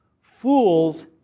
fools